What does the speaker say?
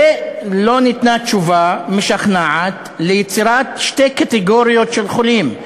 ולא ניתנה תשובה משכנעת על יצירת שתי קטגוריות של חולים,